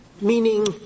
Meaning